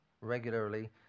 regularly